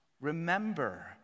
Remember